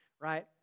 right